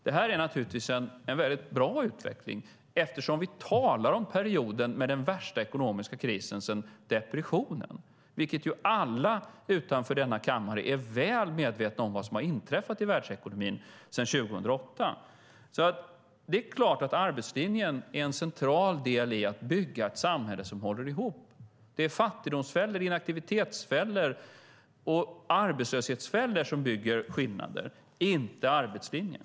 Det är naturligtvis en väldigt bra utveckling, eftersom vi talar om perioden med den värsta ekonomiska krisen sedan depressionen. Alla utanför denna kammare är ju väl medvetna om vad som har inträffat i världsekonomin sedan 2008. Det är klart att arbetslinjen är en central del i att bygga ett samhälle som håller ihop. Det är fattigdomsfällor, inaktivitetsfällor och arbetslöshetsfällor som bygger skillnader, inte arbetslinjen.